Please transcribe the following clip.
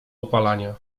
opalania